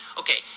okay